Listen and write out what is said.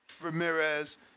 Ramirez